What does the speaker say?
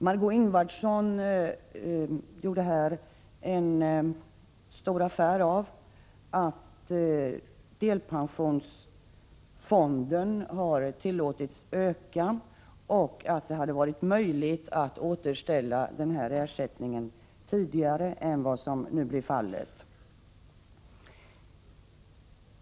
Margö Ingvardsson gjorde här stor affär av att delpensionsfonden har tillåtits öka och sade att det hade varit möjligt att återställa ersättningsnivån tidigare än vad som nu blir fallet.